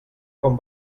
com